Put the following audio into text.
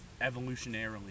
evolutionarily